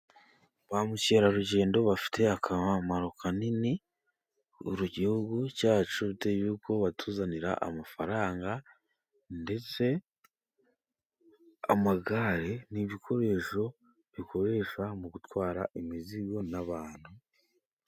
Ba mukerarugendo bafite akamaro kanini mu Gihugu cyacu, bitewe n'uko batuzanira amafaranga, ndetse amagare ni ibikoresho bikoreshwa mu gutwara imizigo n'abantu.